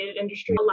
industry